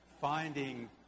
finding